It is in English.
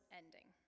ending